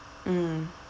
mm